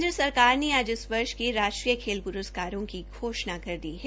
केन्द्र सरकार ने आज इस वर्ष के राष्ट्रीय खेल पुरस्कारों की घोषणा कर दी है